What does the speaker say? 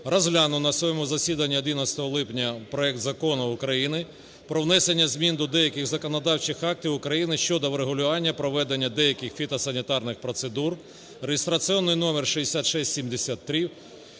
розглянув на своєму засіданні 11 липня проект Закону України про внесення змін до деяких законодавчих актів України щодо врегулювання проведення деяких фітосанітарних процедур (реєстраційний номер 6673).